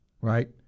right